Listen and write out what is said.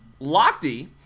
Lochte